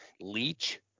Leech